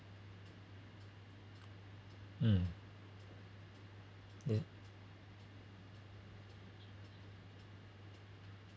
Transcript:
um the